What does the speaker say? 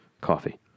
coffee